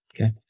okay